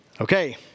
Okay